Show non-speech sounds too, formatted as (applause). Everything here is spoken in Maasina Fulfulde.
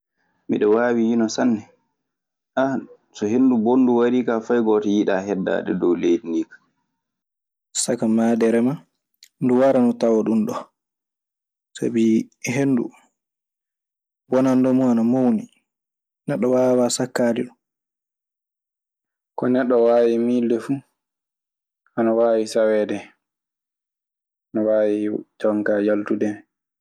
Miɗe waawi yino sanne. (hesitation) so henndu bonndu warii kaa, fay gooto yiɗaa heddaade dow leydi ndii kaa. Saka maaderema ndu wara ndu tawa ɗum ɗoo. Sabi henndu, bonannda mum ana mawni neɗɗo waawaa sakkaade ɗum. Ko neɗɗo waawi miilde fuu ana waawi saweede hen. Ana waawi jon kaa yaltude hen.